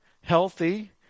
healthy